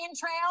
trail